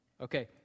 Okay